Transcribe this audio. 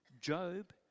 Job